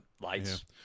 lights